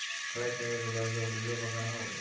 ಕಳೆ ತೆಗೆಯಲು ಬಳಸುವ ಕೃಷಿ ಉಪಕರಣ ಯಾವುದು?